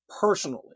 personally